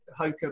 Hoka